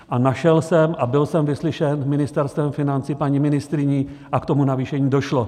A našel jsem a byl jsem vyslyšen Ministerstvem financí, paní ministryní a k tomu navýšení došlo.